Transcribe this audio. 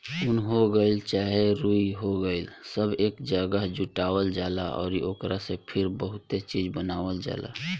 उन हो गइल चाहे रुई हो गइल सब एक जागह जुटावल जाला अउरी ओकरा से फिर बहुते चीज़ बनावल जाला